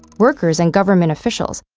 workers and government officials,